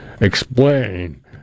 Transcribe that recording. explain